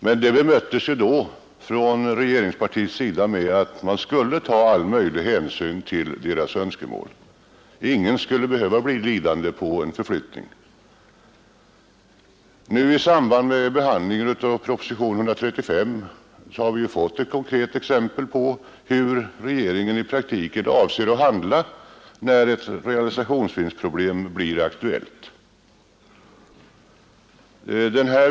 Men dessa farhågor bemöttes då från regeringspartiets sida med att man skulle ta all möjlig hänsyn till vederbörandes önskemål. Ingen skulle bli lidande på en förflyttning. I samband med behandlingen av propositionen nr 135 har vi fått ett konkret exempel på hur regeringen i praktiken avsett att handla när ett realisationsvinstproblem blir aktuellt.